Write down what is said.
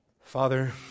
Father